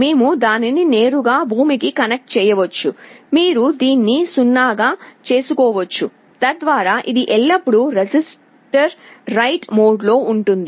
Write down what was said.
మేము దానిని నేరుగా భూమికి కనెక్ట్ చేయవచ్చు మీరు దీన్ని 0 గా చేసుకోవచ్చు తద్వారా ఇది ఎల్లప్పుడూ రిజిస్టర్ రైట్ మోడ్లో ఉంటుంది